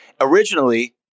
originally